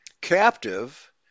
captive